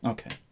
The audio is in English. Okay